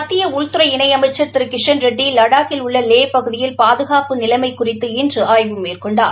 மத்திய உள்துறை இணை அமைச்ச் திரு கிஷன்ரெட்டி வடாக்கில் உள்ள லே பகுதியில் பாதுகாப்பு நிலைமை குறித்து இன்று ஆய்வு மேற்கொண்டார்